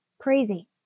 Crazy